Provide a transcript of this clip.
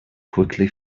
quickly